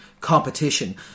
competition